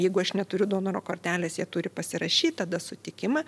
jeigu aš neturiu donoro kortelės jie turi pasirašyt tada sutikimą